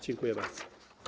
Dziękuję bardzo.